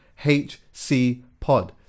HCPod